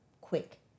quick